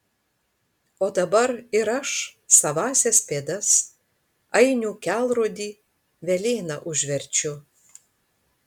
o dabar ir aš savąsias pėdas ainių kelrodį velėna užverčiu